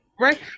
right